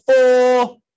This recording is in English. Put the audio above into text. four